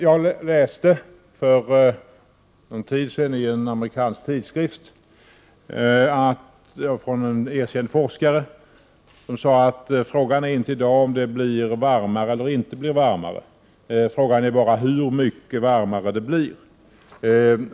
Jag läste för någon tid sedan en amerikansk tidskrift, där en erkänd forskare skrev att frågan i dag inte är om det blir varmare eller inte varmare, utan frågan är hur mycket varmare det blir.